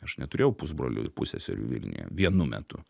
aš neturėjau pusbrolių ir pusseserių vilniuje vienu metu